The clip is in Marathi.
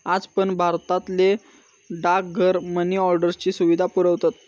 आज पण भारतातले डाकघर मनी ऑर्डरची सुविधा पुरवतत